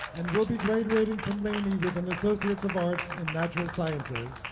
and will be graduating from laney with an associates of arts in natural sciences,